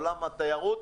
עולם התיירות,